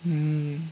mm